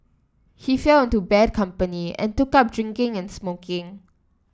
he fell into bad company and took up drinking and smoking